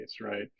right